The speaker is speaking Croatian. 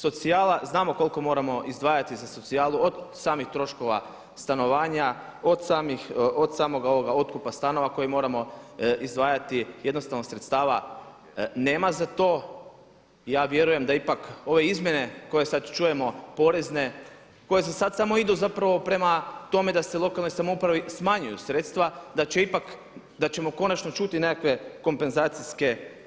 Socijala, znamo koliko moramo izdvajati za socijalu od samih troškova stanovanja, od samog otkupa stanova koje moramo izdvajati jednostavno sredstava nema za to i ja vjerujem da ipak ove izmjene koje sada čujemo porezne koje za sada idu samo prema tome da se lokalnoj samoupravi smanjuju sredstva, da ćemo konačno čuti nekakve